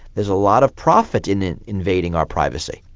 there's a lot of profit in in invading our privacy.